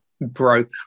broke